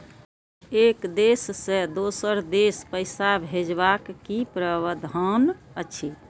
एक देश से दोसर देश पैसा भैजबाक कि प्रावधान अछि??